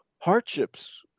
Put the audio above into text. hardships